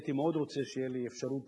הייתי מאוד רוצה שתהיה לי אפשרות